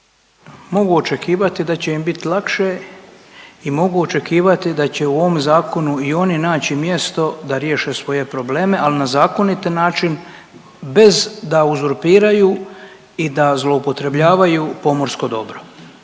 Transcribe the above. Mogu očekivati da će im biti lakše i mogu očekivati da će u ovom zakonu i oni naći mjesto da riješe svoje probleme, al na zakonit način bez da uzurpiraju i da zloupotrebljavaju pomorsko dobro